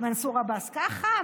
מנסור עבאס ככה,